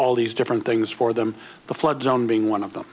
all these different things for them the flood zone being one of them